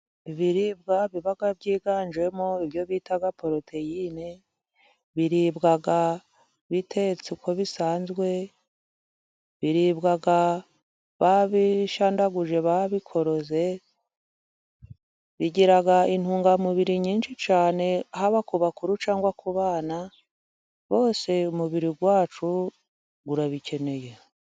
Ibiribwa biba byiganjemo ibyo bita poroteyine, biribwa bitetse uko bisanzwe, biribwa babishadaguje, babikoroze, bigira intungamubiri nyinshi cyane haba ku bakuru, cyangwa ku bana, bose umubiri wacu urabikeneye.